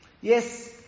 Yes